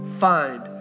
find